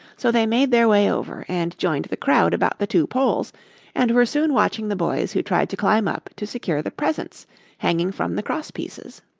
so they made their way over and joined the crowd about the two poles and were soon watching the boys who tried to climb up to secure the presents hanging from the cross pieces.